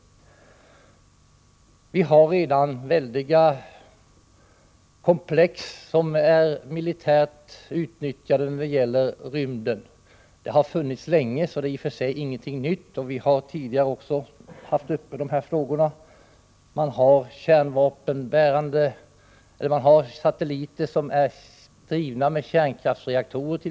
Det finns redan väldiga komplex på rymdforskningens område som är militärt utnyttjade. Sådana har funnits länge, så det är i och för sig ingenting nytt. Vi har också tidigare haft uppe dessa frågor. Man har t.ex. satelliter som är drivna med kärnkraftsreaktorer.